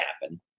happen